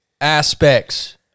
aspects